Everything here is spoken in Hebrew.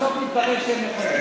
בסוף מתברר שהם נכונים.